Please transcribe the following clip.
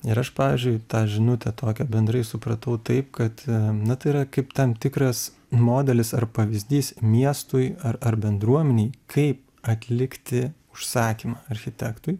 ir aš pavyzdžiui tą žinutę tokią bendrai supratau taip kad na tai yra kaip tam tikras modelis ar pavyzdys miestui ar ar bendruomenei kaip atlikti užsakymą architektui